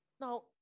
Now